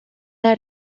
las